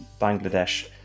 bangladesh